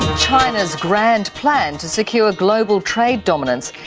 china's grand plan to secure global trade dominance.